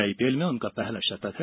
IPL में यह उनका पहला शतक है